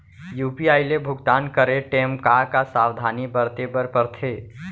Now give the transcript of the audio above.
UPI ले भुगतान करे टेम का का सावधानी बरते बर परथे